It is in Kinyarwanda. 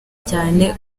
cyane